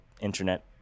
internet